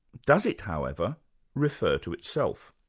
does it however refer to itself.